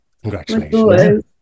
Congratulations